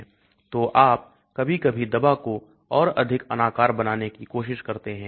तो आप कभी कभी दवा को और अधिक अनाकार बनाने की कोशिश करते हैं